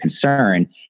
concern